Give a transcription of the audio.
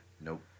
nope